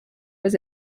was